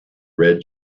red